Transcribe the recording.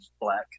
Black